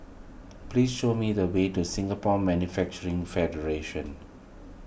please show me the way to Singapore Manufacturing Federation